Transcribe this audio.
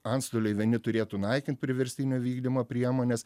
antstoliai vieni turėtų naikint priverstinio vykdymo priemones